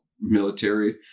military